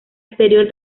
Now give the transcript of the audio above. anterior